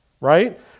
right